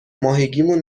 ماهگیمون